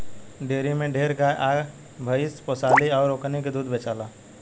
dairy में ढेरे गाय आ भइस पोसाली अउर ओकनी के दूध बेचाला